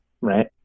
right